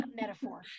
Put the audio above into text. metaphor